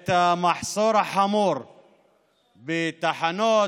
את המחסור החמור בתחנות,